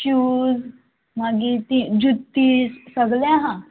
shoes मागीर ती जुत्तीस सगळें आहा